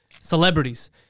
celebrities